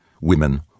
Women